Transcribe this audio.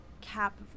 cap